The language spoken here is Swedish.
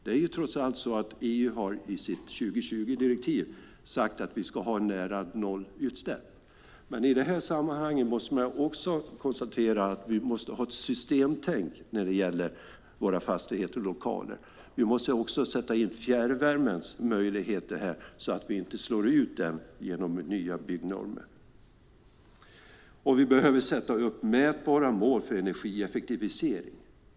EU har trots allt i sitt 2020-direktiv sagt att vi ska ha nära nollutsläpp. Men i det här sammanhanget måste vi ha ett systemtänk när det gäller våra fastigheter och lokaler. Vi måste också sätta in fjärrvärmens möjligheter här så att vi inte slår ut den genom nya byggnormer. Vi behöver sätta upp mätbara mål för energieffektivisering.